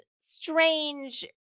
strange